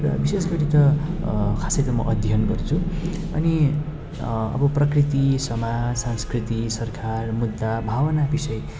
र विशेष गरी त खासै त म अध्यनयन गर्छु अनि अब प्रकृति समाज संस्कृति सरकार मुद्दा भावना विषय